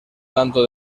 tanto